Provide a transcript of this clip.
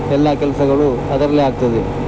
ಎಲ್ಲ ಕೆಲಸಗಳು ಅದರಲ್ಲೇ ಆಗ್ತದೆ